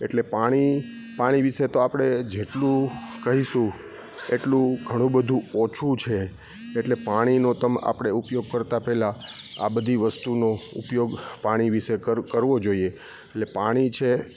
એટલે પાણી પાણી વિષે તો આપણે જેટલું કહીશું એટલું ઘણુબધું ઓછું છે એટલે પાણીનો તમ આપણે ઉપયોગ કરતાં પહેલા આ બધી વસ્તુનો ઉપયોગ પાણી વિષે કર કરવો જોઈએ એટલે પાણી છે